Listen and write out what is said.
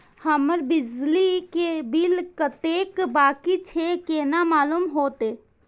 हमर बिजली के बिल कतेक बाकी छे केना मालूम होते?